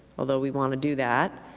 although we want to do that.